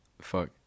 Fuck